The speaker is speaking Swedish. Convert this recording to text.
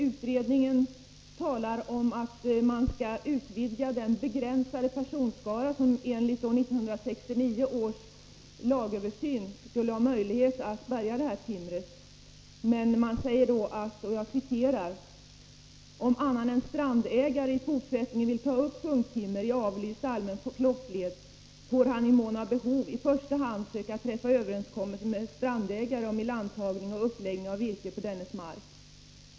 Utredningen talar ju om att man skall utvidga den begränsade personskara som enligt 1969 års lagöversyn skulle ha möjlighet att bärga detta timmer. Det heter i utredningens betänkande: ”Om annan än strandägare i fortsättningen vill ta upp sjunkvirke i avlyst allmän flottled får han i mån av behov i första hand söka träffa överenskommelse med strandägaren om ilandtagning och uppläggning av virket på dennes mark.